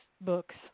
books